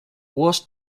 was